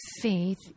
faith